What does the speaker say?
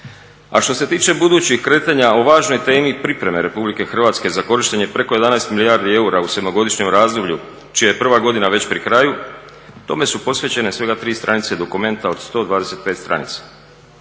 A što se tiče budućih kretanja o važnoj temi pripreme Republike Hrvatske za korištenje preko 11 milijardi eura u sedmogodišnjem razdoblju čija je prva godina već pri kraju, tome su posvećene svega 3 stranice dokumenta od 125 stranica.